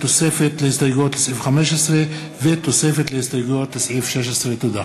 תוספת להסתייגויות לסעיף 15 ותוספת להסתייגויות לסעיף 16. תודה.